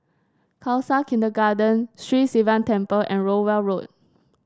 Khalsa Kindergarten Sri Sivan Temple and Rowell Road